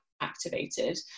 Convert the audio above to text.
activated